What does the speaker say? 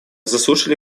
заслушали